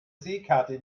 seekarte